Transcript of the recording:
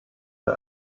der